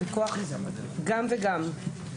גם וגם.